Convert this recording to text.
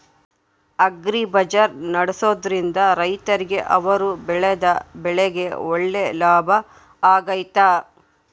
Agri bazaar ನಡೆಸ್ದೊರಿಂದ ರೈತರಿಗೆ ಅವರು ಬೆಳೆದ ಬೆಳೆಗೆ ಒಳ್ಳೆ ಲಾಭ ಆಗ್ತೈತಾ?